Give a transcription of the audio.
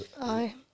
Aye